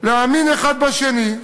להאמין האחד בשני,